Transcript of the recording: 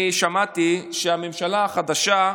אני שמעתי שהממשלה החדשה,